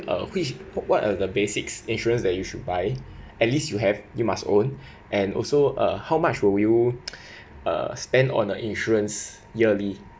uh which what are the basics insurance that you should buy at least you have you must own and also uh how much will you uh spend on the insurance yearly